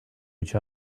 each